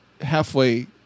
halfway